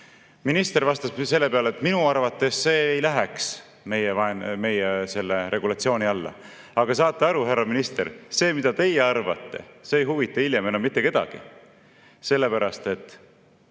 Minister vastas selle peale, et tema arvates see ei läheks meie selle regulatsiooni alla. Aga saate aru, härra minister, see, mida teie arvate, ei huvita hiljem enam mitte kedagi.